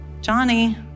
Johnny